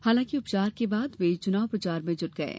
हालांकि उपचार के बाद वे चुनाव प्रचार में जुट गये हैं